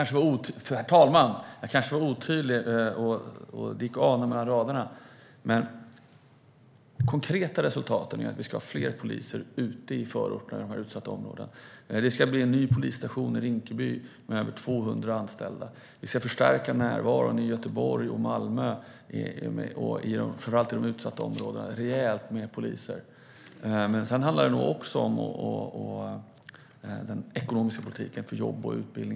Herr talman! Jag kanske var otydlig. Det gick att ana mellan raderna. De konkreta resultaten är att vi ska ha fler poliser i förorterna, i de utsatta områdena. Det ska bli en ny polisstation i Rinkeby med över 200 anställda. Vi ska förstärka närvaron i Göteborg och Malmö, framför allt i de utsatta områdena. Det ska vara rejält med poliser. Men det handlar nog också om den ekonomiska politiken för jobb och utbildning.